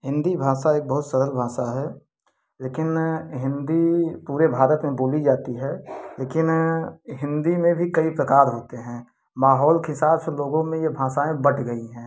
हिन्दी भाषा एक बहुत सरल भाषा है लेकिन हिन्दी पूरे भारत में बोली जाती है लेकिन हिन्दी में भी कई प्रकार होते हैं माहौल के हिसाब से लोगों में ये भाषाऍं बँट गई हैं